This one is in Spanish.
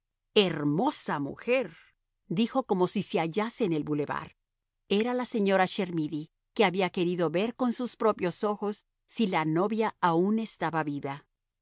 hermosa mujer dijo como si se hallase en el bulevar era la señora chermidy que había querido ver con sus propios ojos si la novia aun estaba viva